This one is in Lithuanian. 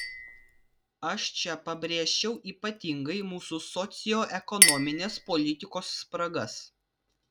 aš čia pabrėžčiau ypatingai mūsų socioekonominės politikos spragas